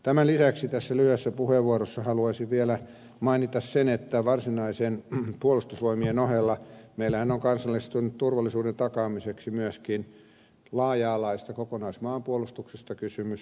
tämän lisäksi tässä lyhyessä puheenvuorossa haluaisin vielä mainita sen että varsinaisten puolustusvoimien ohella meillähän on kansallisen turvallisuuden takaamiseksi myöskin laaja alaisesta kokonaismaanpuolustuksesta kysymys